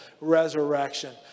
resurrection